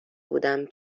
بودم